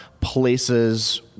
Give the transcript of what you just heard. places